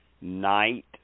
night